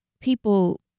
People